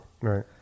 Right